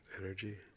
Energy